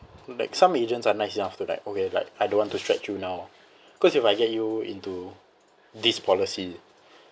like some agents are nice enough to like okay like I don't want to stretch you now cause if I get you into this policy